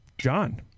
John